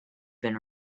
been